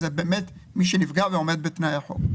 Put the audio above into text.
זה מי שנפגע ועומד בתנאי החוק.